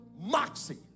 moxie